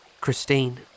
Christine